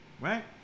right